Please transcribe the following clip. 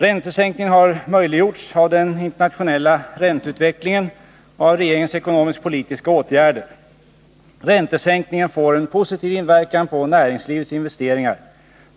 Räntesänkningen har möjliggjorts av den internationella ränteutvecklingen och av regeringens ekonomisk-politiska åtgärder. Räntesänkningen får en positiv inverkan på näringslivets investeringar.